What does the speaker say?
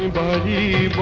and da da but